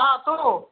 હા શું